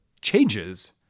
changes